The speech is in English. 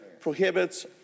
prohibits